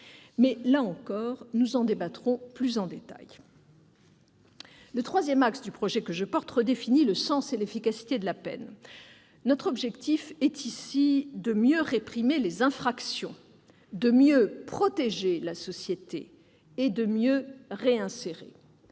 Mais, là encore, nous en débattrons plus en détail. Le troisième axe est de redéfinir le sens et l'efficacité de la peine. Notre objectif est ici de mieux réprimer les infractions, de mieux protéger la société et de mieux réinsérer.